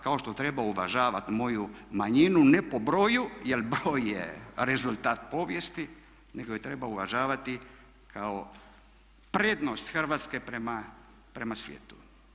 Kao što treba uvažavati moju manjinu, ne po broju jer broj je rezultat povijesti nego je treba uvažavati kao prednost Hrvatske prema svijetu.